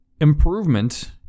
improvement